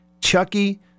Chucky